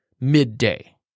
midday